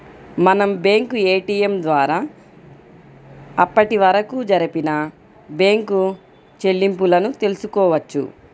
మనం bank ATM ద్వారా అప్పటివరకు జరిపిన బ్యేంకు చెల్లింపులను తెల్సుకోవచ్చు